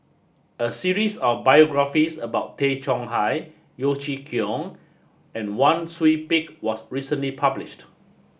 a series of biographies about Tay Chong Hai Yeo Chee Kiong and Wang Sui Pick was recently published